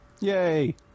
Yay